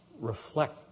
reflect